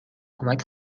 کمک